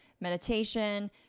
meditation